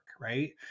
right